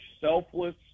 selfless